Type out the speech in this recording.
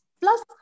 Plus